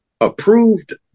approved